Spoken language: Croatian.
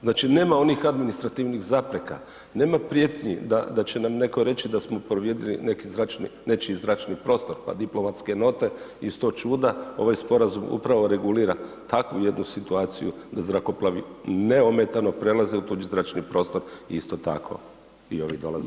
Znači nema onih administrativnih zapreka, nema prijetnji da će nam netko reći da smo prorijedili nečiji zračni prostor pa diplomatske note i sto čuda, ovaj sporazum upravo regulira takvu jednu situaciju da zrakoplovi neometano u tuđi zračni prostor i isto tako i ovi dolaze.